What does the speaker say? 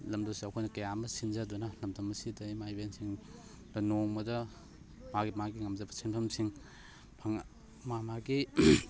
ꯂꯝꯗꯁꯨ ꯑꯩꯈꯣꯏꯅ ꯀꯌꯥ ꯑꯃ ꯁꯤꯟꯖꯗꯨꯅ ꯂꯝꯗꯝ ꯑꯁꯤꯗ ꯏꯃꯥ ꯏꯕꯦꯜꯁꯤꯡꯅ ꯅꯣꯡꯃꯗ ꯃꯥꯒꯤ ꯃꯥꯒꯤ ꯉꯝꯖꯕ ꯁꯦꯟꯐꯝꯁꯤꯡ ꯃꯥ ꯃꯥꯒꯤ